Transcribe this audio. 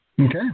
Okay